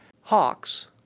hawks